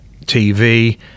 TV